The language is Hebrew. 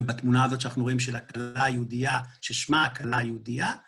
בתמונה הזאת שאנחנו רואים של הכלה היהודייה, ששמה הכלה היהודייה.